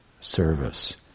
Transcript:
service